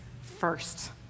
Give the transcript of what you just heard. first